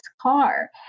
car